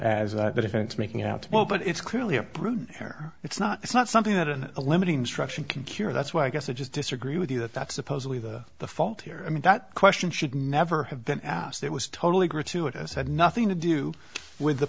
defense making out well but it's clearly a proof there it's not it's not something that in a limiting structure can cure that's why i guess i just disagree with you that that's supposedly the the fault here i mean that question should never have been asked that was totally gratuitous had nothing to do with the